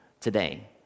today